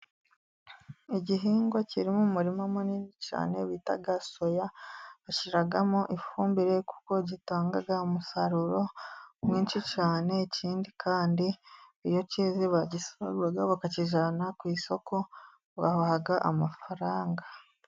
Igihingwa kiri mu murima munini cyane bita soya, bashyiramo ifumbire kuko gitanga umusaruro mwinshi cyane, ikindi kandi iyo keze baragisarura bakakijyana ku isoko babaha amafaranga.